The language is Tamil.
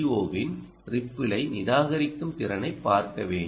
ஓவின் ரிப்பிளை நிராகரிக்கும் திறனைப் பார்க்க வேண்டும்